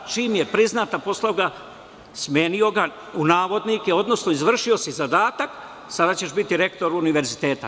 Čim je priznata, posle toga, smenio ga u navodnike, odnosno izvršio si zadatak, sada ćeš biti rektor univerziteta.